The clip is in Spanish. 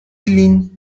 lin